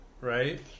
right